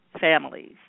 families